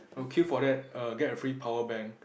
I'll queue for that err get a free power bank